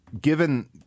given